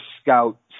scout